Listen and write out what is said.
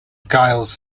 giles